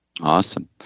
Awesome